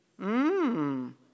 Mmm